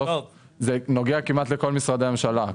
כי זה נוגע כמעט לכל משרדי הממשלה.